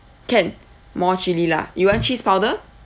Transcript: can more chilli lah you want cheese powder